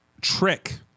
trick